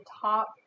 top